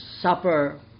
supper